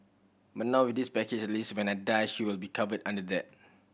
but now with this package at least when I die she will be covered under that